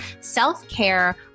self-care